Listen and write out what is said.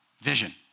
vision